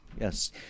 yes